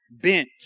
bent